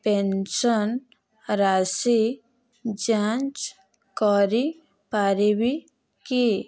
pension ରାଶି ଯାଞ୍ଚ କରିପାରିବି କି